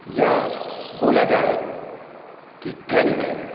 या बोला जाए कि ग्रंथ